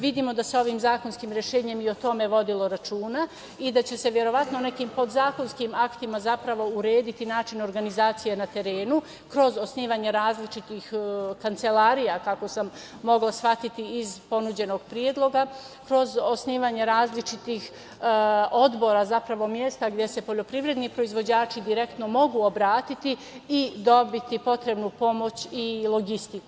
Vidimo da se ovim zakonskim rešenjem i o tome vodilo računa i da će se verovatno nekim podzakonskim aktima, zapravo urediti način organizacije na terenu, kroz osnivanje različitih kancelarija, kako sam mogla shvatiti iz ponuđenog predloga, kroz osnivanje različitih odbora, zapravo mesta gde se poljoprivredni proizvođači direktno mogu obratiti i dobiti potrebnu pomoć i logistiku.